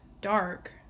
dark